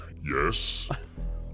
Yes